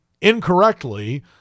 incorrectly